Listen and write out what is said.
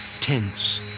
tense